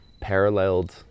paralleled